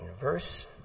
verse